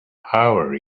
power